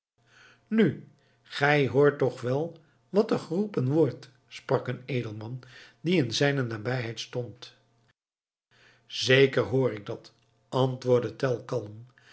nu gij hoort toch wel wat er geroepen wordt sprak een edelman die in zijne nabijheid stond zeker hoor ik dat antwoordde tell